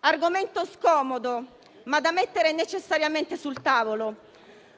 argomento scomodo, da mettere però necessariamente sul tavolo.